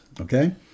Okay